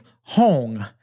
Hong